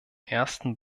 ersten